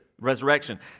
Resurrection